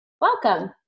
Welcome